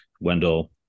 Wendell